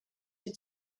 you